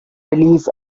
belief